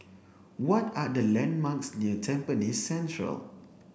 what are the landmarks near Tampines Central